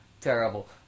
terrible